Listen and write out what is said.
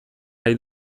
nahi